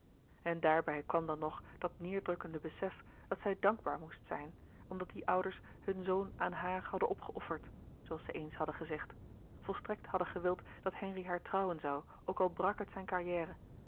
en daarbij kwam dan nog dat neêrdrukkende besef dat zij dankbaar moest zijn omdat die ouders hun zoon aan haar hadden opgeofferd zooals zij eens hadden gezegd volstrekt hadden gewild dat henri haar trouwen zoû ook al brak het zijne carrière